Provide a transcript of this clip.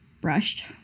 brushed